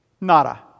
Nada